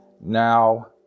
now